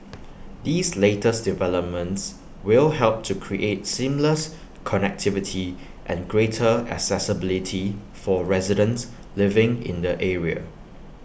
these latest developments will help to create seamless connectivity and greater accessibility for residents living in the area